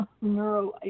neuro